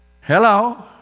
Hello